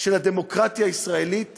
של הדמוקרטיה הישראלית